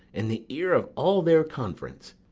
in the ear of all their conference.